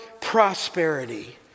prosperity